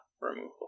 removal